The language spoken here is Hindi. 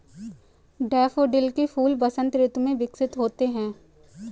डैफोडिल के फूल वसंत ऋतु में विकसित होते हैं